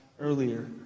earlier